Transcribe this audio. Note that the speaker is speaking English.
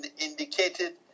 indicated